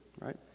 right